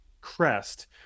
crest